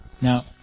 Now